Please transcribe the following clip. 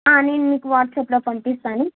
నేను మీకు వాట్సాప్లో పంపిస్తాను